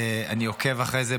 אני עוקב אחרי זה.